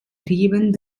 trieben